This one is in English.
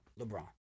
LeBron